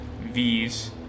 V's